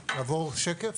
(שקף: